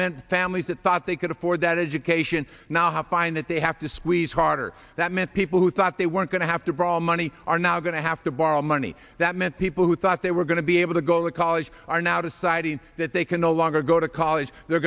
meant families that thought they could afford that education now find that they have to squeeze harder that many people who thought they were going to have to borrow money are now going to have to borrow money that many people who thought they were going to be able to go to college are now deciding that they can no longer go to college they're